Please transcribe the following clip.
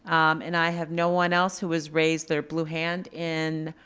um and i have no one else who has raised their blue hand in